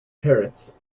parrots